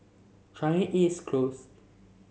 Changi East Close